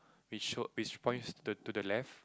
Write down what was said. it showed it's point to to the left